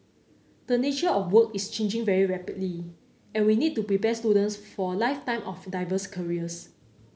the nature of work is changing very rapidly and we need to prepare students for a lifetime of diverse careers